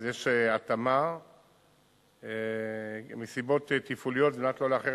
אז יש התאמה מסיבות תפעוליות על מנת לא לאחר